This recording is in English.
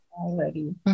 already